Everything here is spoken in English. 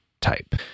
type